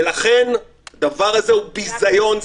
ולכן הדבר הזה הוא ביזיון.